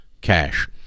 cash